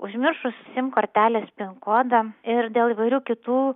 užmiršus sim kortelės pin kodą ir dėl įvairių kitų